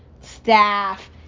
staff